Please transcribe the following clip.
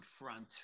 front